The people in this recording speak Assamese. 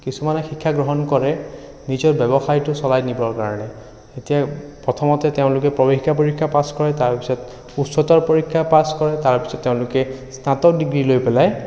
কিছুমানে শিক্ষা গ্ৰহণ কৰে নিজৰ ব্যৱসায়টো চলাই নিবৰ কাৰণে এতিয়া প্ৰথমতে তেওঁলোকে প্ৰৱেশিকা পৰীক্ষা পাছ কৰে তাৰপিছত উচ্চতৰ পৰীক্ষা পাছ কৰে তাৰপিছত তেওঁলোকে স্নাতক ডিগ্ৰী লৈ পেলাই